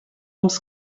ums